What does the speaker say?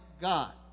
God